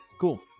cool